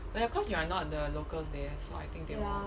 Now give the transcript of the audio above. oh ya cause you are not the local there so I think they will